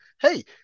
hey